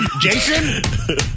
Jason